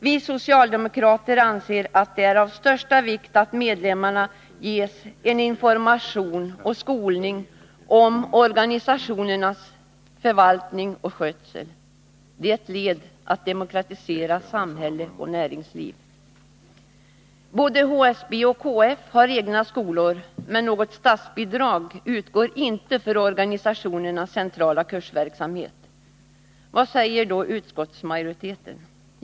Vi socialdemokrater anser att det är av största vikt att medlemmarna ges information om och skolning i organisationernas förvaltning och skötsel. Det är ett led i demokratiseringen av samhälle och näringsliv. Både HSB och KF har egna skolor, men något statsbidrag utgår inte för organisationernas centrala kursverksamhet. Vad säger då utskottsmajoriteten?